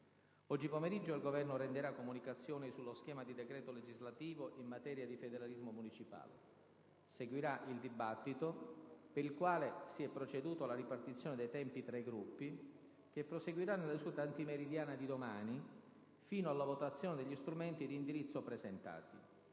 Oggi pomeriggio il Governo renderà comunicazioni sullo schema di decreto legislativo in materia di federalismo municipale. Seguirà il dibattito - per il quale si è proceduto alla ripartizione dei tempi tra i Gruppi - che proseguirà nella seduta antimeridiana di domani, fino alla votazione degli strumenti di indirizzo presentati.